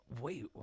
wait